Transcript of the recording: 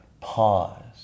pause